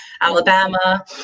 Alabama